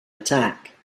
attack